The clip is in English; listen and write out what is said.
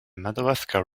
madawaska